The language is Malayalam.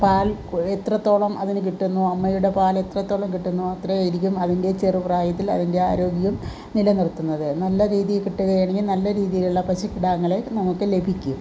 പാൽ കുടി എത്രത്തോളം അതിന് കിട്ടുന്നുവോ അമ്മയുടെ പാൽ എത്രത്തോളം കിട്ടുന്നുവോ അത്രയുമായിരിക്കും അതിൻ്റെ ചെറുപ്രായത്തിൽ അതിൻ്റെ ആരോഗ്യം നിലനിർത്തുന്നത് നല്ല രീതിയിൽ കിട്ടുകയാണെങ്കിൽ നല്ല രീതീലുള്ള പശുക്കിടാങ്ങളെ നമുക്ക് ലഭിക്കും